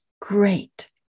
great